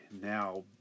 now